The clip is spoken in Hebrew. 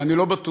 אני לא בטוח.